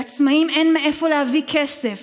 לעצמאים אין מאיפה להביא כסף.